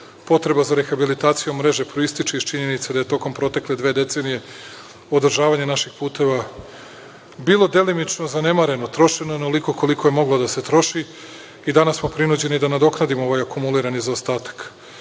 Potreba za rehabilitacijom mreže proističe iz činjenica da je tokom protekle dve decenije održavanje naših puteva bilo delimično zanemareno. Trošeno je onoliko koliko je moglo da se troši i danas smo prinuđeni da nadoknadimo ovaj akumulirani zaostatak. Ova